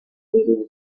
really